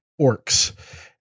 orcs